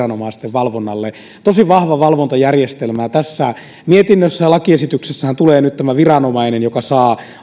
valvonnalle tosi vahva valvontajärjestelmä ja tässä mietinnössä ja lakiesityksessähän tulee nyt tämä viranomainen joka saa olla